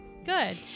Good